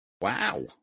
Wow